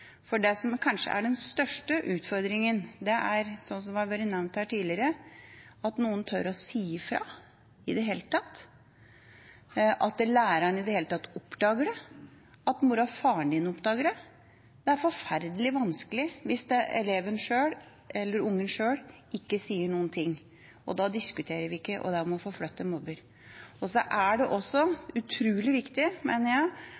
For det som kanskje er den største utfordringen, er, som det har vært nevnt her tidligere, at noen tør å si ifra i det hele tatt, at læreren i det hele tatt oppdager det, at moren og faren oppdager det. Det er forferdelig vanskelig hvis ungen sjøl ikke sier noen ting, og da diskuterer vi ikke det med å flytte mobber. Så er det også utrolig viktig, mener jeg,